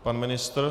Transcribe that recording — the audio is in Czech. Pan ministr?